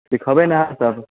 सीखबै ने अहाँ पर